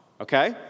Okay